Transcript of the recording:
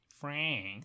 Frank